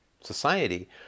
society